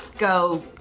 go